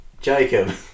Jacob